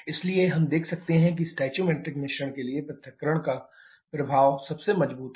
इसलिए हम देख सकते हैं कि स्टोसिइकोमेट्रिक मिश्रण के लिए पृथक्करण का प्रभाव सबसे मजबूत है